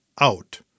out